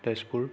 Tezpur